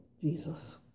Jesus